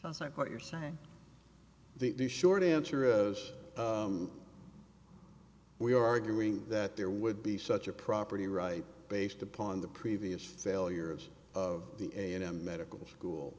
like what you're saying the short answer is we are arguing that there would be such a property right based upon the previous failures of the a in a medical school